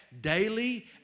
daily